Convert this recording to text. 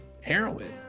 heroin